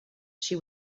she